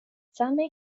same